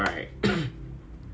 Ban Heng and Kok Heng